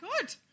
Good